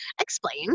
explain